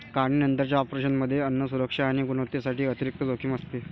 काढणीनंतरच्या ऑपरेशनमध्ये अन्न सुरक्षा आणि गुणवत्तेसाठी अतिरिक्त जोखीम असते